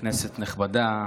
כנסת נכבדה,